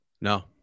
no